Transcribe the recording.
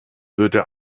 würde